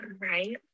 right